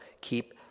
keep